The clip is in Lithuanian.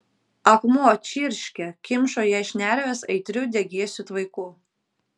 akmuo čirškė kimšo jai šnerves aitriu degėsių tvaiku